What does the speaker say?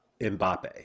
Mbappe